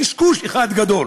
קשקוש אחד גדול.